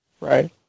Right